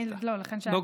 שאישרתם